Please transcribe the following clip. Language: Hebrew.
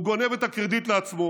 הוא גונב את הקרדיט לעצמו.